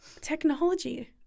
Technology